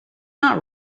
not